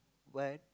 what